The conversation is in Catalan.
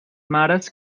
mares